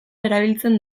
erabiltzen